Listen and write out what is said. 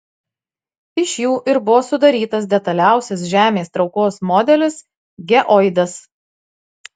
iš jų ir buvo sudarytas detaliausias žemės traukos modelis geoidas